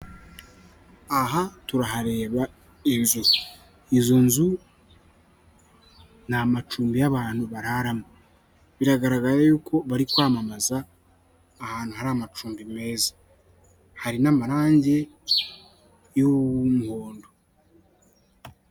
Aha turahareba inzu, izo nzu ni amacumbi y'abantu bararamo, biragaragara yuko bari kwamamaza ahantu hari amacumbi meza, hari n'amarange y'umuhondo.